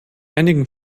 einigen